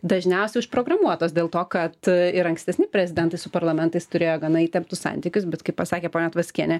dažniausiai užprogramuotos dėl to kad ir ankstesni prezidentai su parlamentais turėjo gana įtemptus santykius bet kaip pasakė ponia tvaskienė